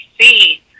see